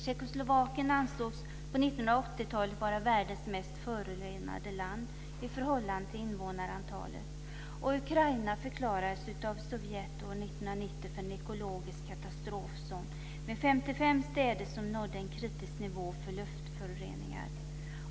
Tjeckoslovakien ansågs på 1980-talet vara världens mest förorenade land i förhållande till invånarantalet. Ukraina förklarades av Sovjet år 1990 för en ekologisk katastrofzon med 55 städer som nådde en kritisk nivå för luftföroreningar.